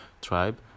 tribe